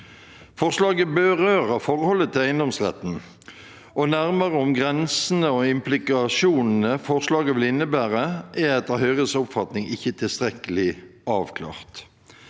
Forslaget berører forholdet til eiendomsretten, og de nærmere grensene og implikasjonene forslaget vil innebære, er etter Høyres oppfatning ikke tilstrekkelig avklart.